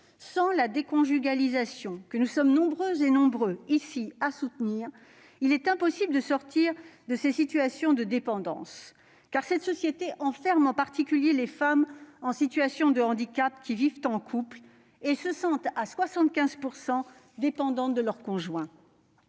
Sans la déconjugalisation, que nous sommes nombreuses et nombreux ici à soutenir, il est impossible de sortir d'une situation de dépendance. En effet, notre société enferme en particulier les femmes en situation de handicap qui vivent en couple : 75 % d'entre elles se sentent dépendantes de leur conjoint.